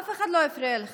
אף אחד לא הפריע לך.